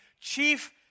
chief